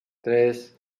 tres